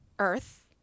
Earth